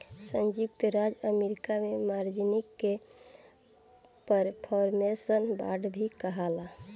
संयुक्त राज्य अमेरिका में मार्जिन के परफॉर्मेंस बांड भी कहाला